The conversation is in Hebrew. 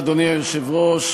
אדוני היושב-ראש,